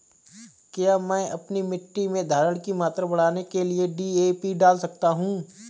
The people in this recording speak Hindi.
क्या मैं अपनी मिट्टी में धारण की मात्रा बढ़ाने के लिए डी.ए.पी डाल सकता हूँ?